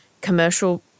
commercial